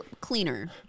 cleaner